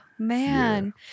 Man